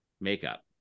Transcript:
makeup